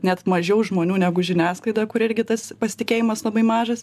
net mažiau žmonių negu žiniasklaida kur irgi tas pasitikėjimas labai mažas